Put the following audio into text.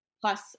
plus